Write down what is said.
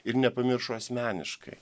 ir nepamiršo asmeniškai